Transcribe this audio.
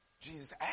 Jesus